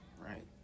Right